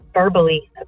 verbally